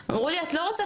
אמרו לי, את לא רוצה?